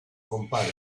compare